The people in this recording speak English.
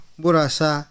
burasa